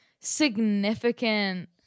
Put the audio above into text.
significant